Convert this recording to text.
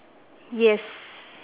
yes